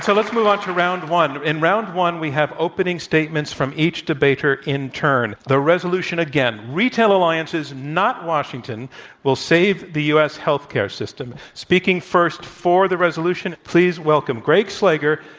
so let's move on to round one. in round one, we have opening statements from each debater in turn. the resolution again, retail alliances not washington will save the u. s. health care system. speaking first for the resolution, please welcome gregg slager,